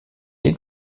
est